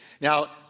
Now